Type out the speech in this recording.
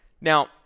Now